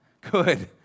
good